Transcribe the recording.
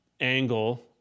angle